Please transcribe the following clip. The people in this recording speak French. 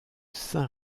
saint